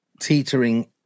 teetering